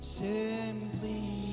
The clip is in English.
simply